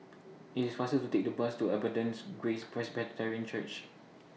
IT IS faster to Take The Bus to Abundant's Grace Presbyterian Church